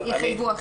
שיחייבו אחרת.